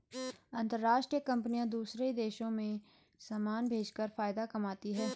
अंतरराष्ट्रीय कंपनियां दूसरे देशों में समान भेजकर फायदा कमाती हैं